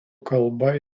kalba